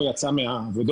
הוא יצא מהעבודות.